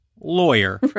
lawyer